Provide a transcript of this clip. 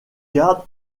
garde